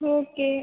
okay